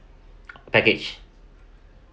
package